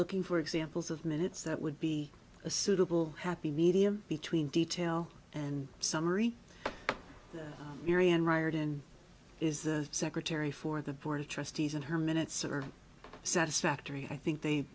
looking for examples of minutes that would be a suitable happy medium between detail and summary and write in is the secretary for the board of trustees and her minutes are satisfactory i think they